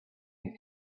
and